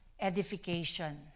edification